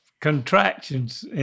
contractions